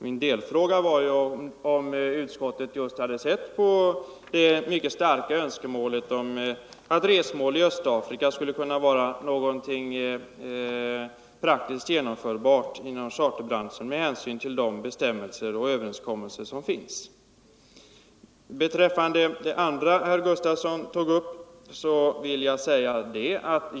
Min delfråga var huruvida utskottet, med hänsyn till de bestämmelser och överenskommelser som finns, bedömt det som möjligt att tillgodose det mycket starka önskemålet om resmål i Östafrika.